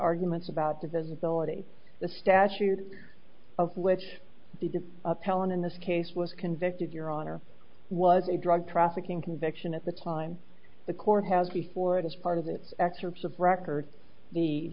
arguments about the visibility the statute of which the the appellant in this case was convicted your honor was a drug trafficking conviction at the time the court has before it as part of the excerpts of record the